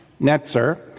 Netzer